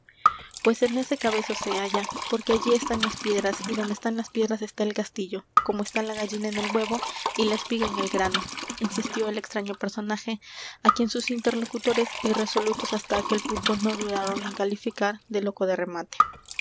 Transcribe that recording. pues en ese cabezo se halla porque allí están las piedras y donde están las piedras está el castillo como está la gallina en el huevo y la espiga en el grano insistió el extraño personaje á quien sus interlocutores irresolutos hasta aquel punto no dudaron en calificar de loco de remate